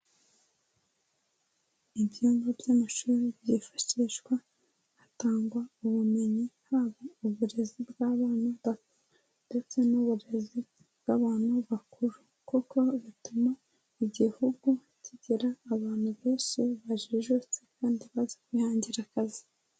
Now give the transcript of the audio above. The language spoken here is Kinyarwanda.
Ibyumba by'amashuri byifashishwa hatangwa ubumenyi, haba uburezi bw'abana ndetse n'uburezi bw'abantu bakuru kuko bituma igihugu kigira abantu benshi bajijutse kandi bazihangira akazi.